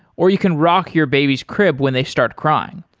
or you can rock your baby's crib when they start crying.